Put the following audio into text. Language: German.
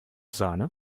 sahne